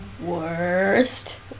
worst